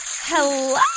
Hello